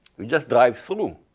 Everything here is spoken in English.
you just drive through.